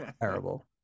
Terrible